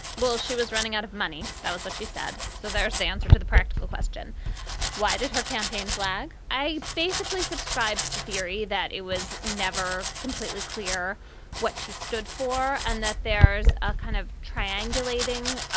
well, she was running out of money. that was what she said. so there's the answer to the practical question why did her campaign flag? i basically subscribe to the theory that it was never completely clear what she stood for and that there's a kind of triangulating